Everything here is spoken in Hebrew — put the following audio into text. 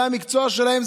זה המקצוע שלהם,